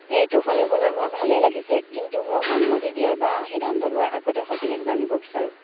এইটো শুনিবলৈ মোৰ ভালেই লাগিছে কিন্তু মই সন্মতি দিয়াৰ বা সিদ্ধান্ত লোৱাৰ আগতে সবিশেষ জানিব বিচাৰো